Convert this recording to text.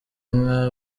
inka